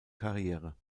karriere